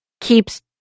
keeps